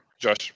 Josh